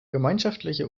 gemeinschaftliche